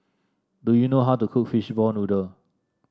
do you know how to cook Fishball Noodle